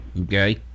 Okay